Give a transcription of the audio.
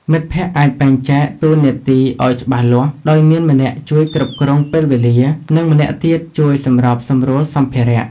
មិត្តភក្តិអាចបែងចែកតួនាទីគ្នាឱ្យច្បាស់លាស់ ដោយមានម្នាក់ជួយគ្រប់គ្រងពេលវេលា និងម្នាក់ទៀតជួយសម្របសម្រួលសម្ភារៈ។